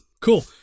Cool